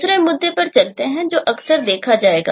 दूसरे मुद्दे पर चलते हुए जो अक्सर देखा जाएगा